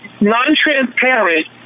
non-transparent